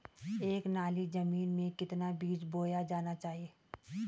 एक नाली जमीन में कितना बीज बोया जाना चाहिए?